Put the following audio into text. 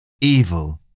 evil